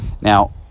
Now